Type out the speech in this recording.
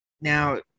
Now